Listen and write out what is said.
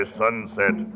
sunset